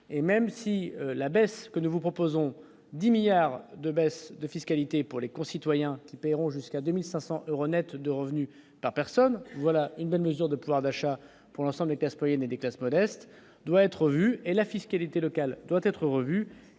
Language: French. et même si la baisse que nous vous proposons 10 milliards de baisses de fiscalité pour les concitoyens qui paieront jusqu'à 2500 euros nets de revenus par personne, voilà une bonne mesure de pouvoir d'achat pour l'instant des des classes modestes doit être revu et la fiscalité locale doit être revu,